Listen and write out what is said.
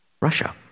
Russia